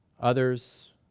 others